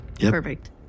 Perfect